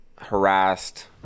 harassed